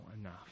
enough